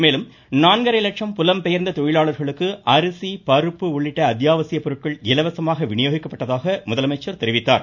மேலும் நான்கரை லட்சம் புலம் பெயா்ந்த தொழிலாளா்களுக்கு அரிசி பருப்பு உள்ளிட்ட அத்தியாவசிய பொருட்கள் இலவசகமாக வினியோகிக்கப்பட்டதாக முதலமைச்சர் தெரிவித்தார்